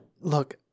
look